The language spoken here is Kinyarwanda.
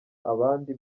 abandi